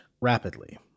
rapidly